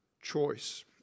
choice